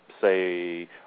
say